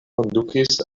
kondukis